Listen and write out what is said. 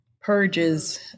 purges